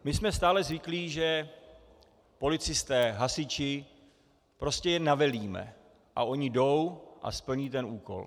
My jsme stále zvyklí, že policisté, hasiči, prostě je navelíme a oni jdou a splní ten úkol.